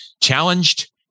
challenged